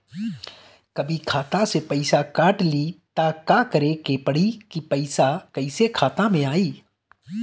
कभी खाता से पैसा काट लि त का करे के पड़ी कि पैसा कईसे खाता मे आई?